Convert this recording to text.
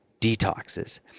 detoxes